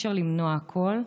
אי-אפשר למנוע הכול,